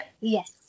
Yes